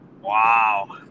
Wow